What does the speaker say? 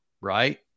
Right